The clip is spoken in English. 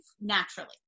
naturally